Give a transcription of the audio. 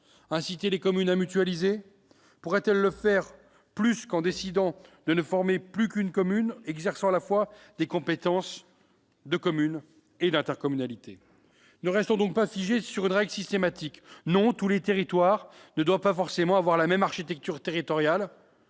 Inciter les communes à mutualiser ? Pourraient-elles le faire davantage qu'en décidant de ne plus former qu'une seule commune, exerçant à la fois les compétences de la commune et de l'intercommunalité ? Ne restons donc pas figés sur une règle systématique : non, tous les territoires ne doivent pas forcément avoir la même architecture territoriale.